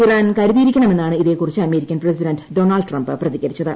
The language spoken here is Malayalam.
ഇറാൻ കരുതിയിരിക്കണമെന്നാണ് ഇതേക്കുറിച്ച് അമേരിക്കൻ പ്രസിഡന്റ് ഡൊണാൾഡ് ട്രംപ് പ്രതികരിച്ചത്